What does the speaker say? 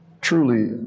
Truly